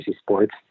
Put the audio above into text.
sports